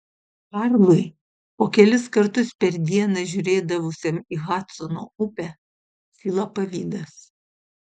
karlui po kelis kartus per dieną žiūrėdavusiam į hadsono upę kilo pavydas